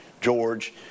George